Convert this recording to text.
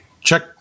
Check